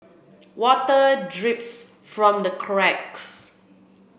water drips from the cracks